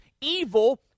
evil